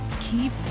Keep